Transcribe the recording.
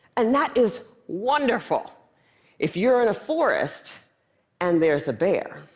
and that is wonderful if you're in a forest and there's a bear.